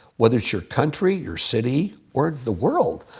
whether it's your country, your city, or the world,